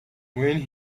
when